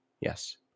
Yes